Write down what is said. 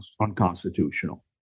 unconstitutional